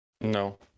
No